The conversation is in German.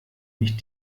mich